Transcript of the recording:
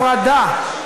הפרדה.